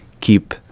keep